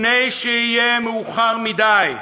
לפני שיהיה מאוחר מדי,